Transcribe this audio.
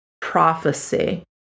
prophecy